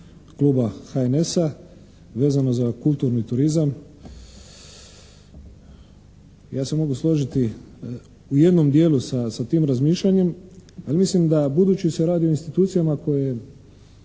kluba HNS-a vezano za kulturni turizam. Ja se mogu složiti u jednom dijelu sa tim razmišljanjem ali mislim da budući se radi o institucijama koje